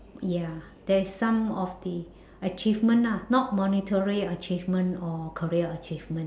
ya that's some of the achievement ah not monetary achievement or career achievement